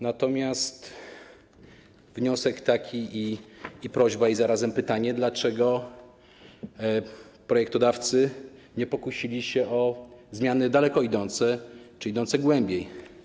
Natomiast jest wniosek, prośba i zarazem pytanie: Dlaczego projektodawcy nie pokusili się o zmiany daleko idące czy idące głębiej?